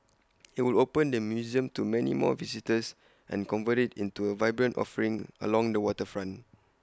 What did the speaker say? IT would open the museum to many more visitors and convert IT into A vibrant offering along the waterfront